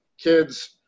kids